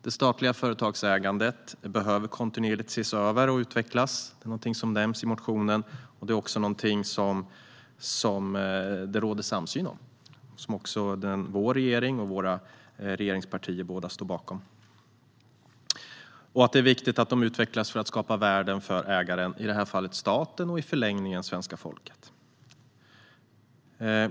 Det statliga företagsägandet behöver kontinuerligt ses över och utvecklas. Det är någonting som nämns i motionen, och det är också någonting som det råder samsyn om och som båda regeringspartierna står bakom. Det är viktigt att de utvecklas för att skapa värden för ägaren, i det här fallet staten, och i förlängningen svenska folket.